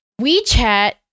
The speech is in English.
WeChat